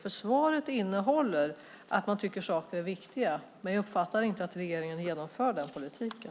I svaret står det att man tycker att saker är viktiga, men jag uppfattar inte att regeringen genomför den politiken.